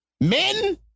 Men